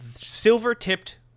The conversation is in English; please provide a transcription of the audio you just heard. silver-tipped